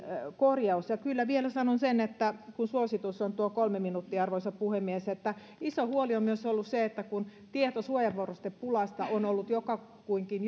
korjaus kyllä vielä sanon sen kun suositus on tuo kolme minuuttia arvoisa puhemies että iso huoli on ollut myös se että kun tieto suojavarustepulasta on ollut jotakuinkin